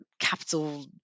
capital